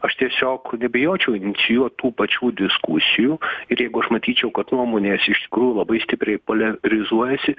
aš tiesiog nebijočiau inicijuot tų pačių diskusijų ir jeigu aš matyčiau kad nuomonės iš tikrųjų labai stipriai poliarizuojasi